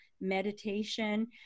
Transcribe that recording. meditation